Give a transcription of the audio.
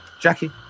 Jackie